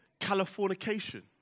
Californication